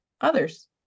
others